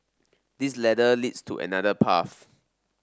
this ladder leads to another path